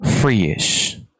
free-ish